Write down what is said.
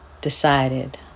decided